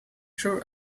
sure